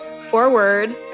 forward